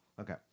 Okay